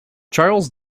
charles